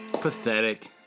Pathetic